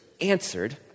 answered